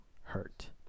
hurt